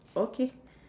okay